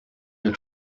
your